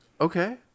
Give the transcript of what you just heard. Okay